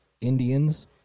Indians